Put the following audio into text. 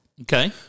Okay